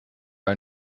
are